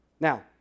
Now